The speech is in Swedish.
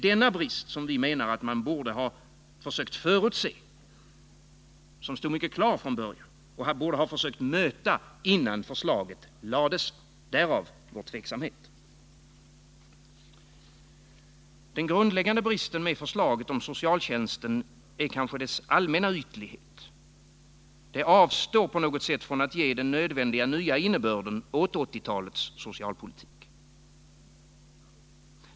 Denna brist menar vi att man borde ha förutsett och försökt möta innan förslaget lades fram. Därav vår tveksamhet. Den grundläggande bristen med förslaget om socialtjänsten är kanske dess allmänna ytlighet. Det avstår från att ge den nödvändiga nya innebörden åt 1980-talets socialpolitik.